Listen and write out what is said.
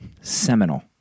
seminal